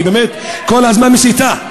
כי באמת היא כל הזמן מסיתה.